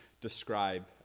describe